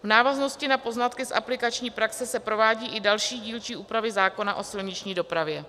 V návaznosti na poznatky z aplikační praxe se provádějí i další dílčí úpravy zákona o silniční dopravě.